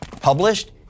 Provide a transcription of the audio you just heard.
Published